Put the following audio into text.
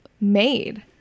made